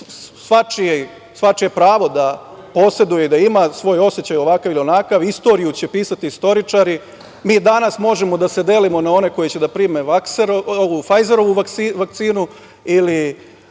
svačije pravo da poseduje, da ima svoj osećaj ovakav ili onakav. Istoriju će pisati istoričari. Mi danas možemo da se delimo na one koji će da prime Fajzerovu vakcinu ili